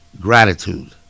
gratitude